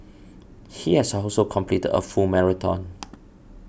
he has also completed a full marathon